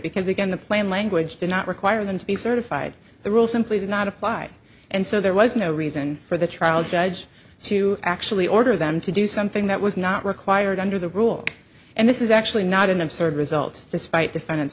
because again the plain language did not require them to be certified the rules simply did not apply and so there was no reason for the trial judge to actually order them to do something that was not required under the rule and this is actually not an absurd result despite defen